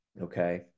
okay